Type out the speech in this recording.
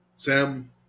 Sam